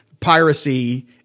piracy